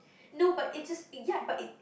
no but it's just it ya but it